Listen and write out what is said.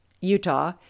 utah